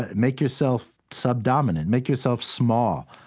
and make yourself subdominant. make yourself small.